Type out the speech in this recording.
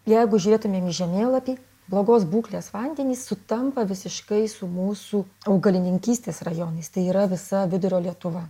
jeigu žiūrėtumėm į žemėlapį blogos būklės vandenys sutampa visiškai su mūsų augalininkystės rajonais tai yra visa vidurio lietuva